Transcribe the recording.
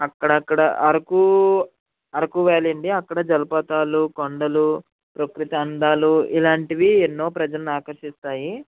అక్కడక్కడా అరకూ అరకు వ్యాలీ అండి అక్కడ జలపాతాలు కొండలు ప్రకృతి అందాలు ఇలాంటివి ఎన్నో ప్రజలను ఆకర్షిస్తాయి